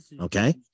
Okay